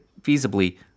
feasibly